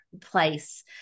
place